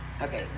Okay